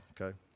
okay